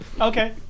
Okay